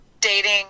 dating